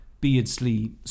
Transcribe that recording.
Beardsley